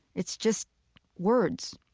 it's just words,